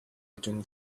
between